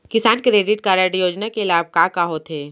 किसान credit card योजना के लाभ का का होथे?